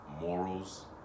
morals